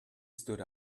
stood